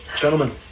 Gentlemen